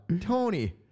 tony